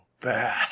bad